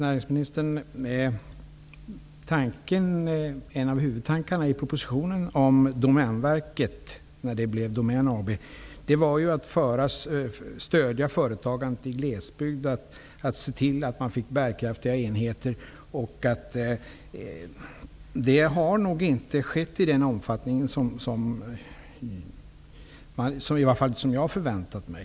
Fru talman! En av huvudtankarna i propositionen om omvandling av Domänverket till Domän AB var ju att stödja företagandet i glesbygden och att skapa bärkraftiga enheter. Detta har nog inte skett i den omfattning som jag hade förväntat mig.